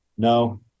No